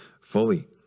fully